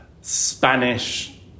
Spanish